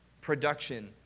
production